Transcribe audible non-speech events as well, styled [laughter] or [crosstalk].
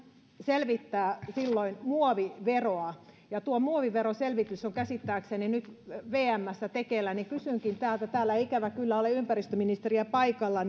selvittää muoviveroa ja tuo muoviveroselvitys on käsittääkseni nyt vmssä tekeillä kysynkin täällä täällä ei ikävä kyllä ole ympäristöministeriä paikalla [unintelligible]